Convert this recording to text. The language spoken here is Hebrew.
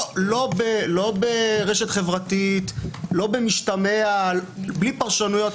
לא ברשת חברתית, לא במשתמע, בלי פרשנויות.